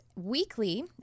weekly